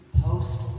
Post